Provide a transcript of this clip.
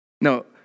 No